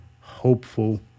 hopeful